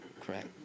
Correct